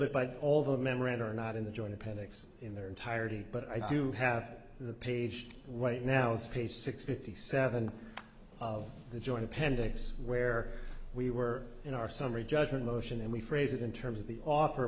bit but all the memoranda are not in the joint appendix in their entirety but i do have the page right now is page six fifty seven of the joint appendix where we were in our summary judgment motion and we phrase it in terms of the offer